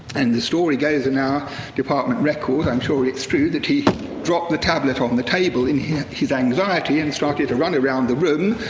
and the story goes, in our department record, i'm sure it's true, that he dropped the tablet on the table, and in his his anxiety, and started to run around the room,